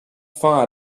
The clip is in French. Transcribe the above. fin